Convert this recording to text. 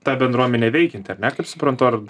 ta bendruomenė veikianti ar ne kaip suprantu ar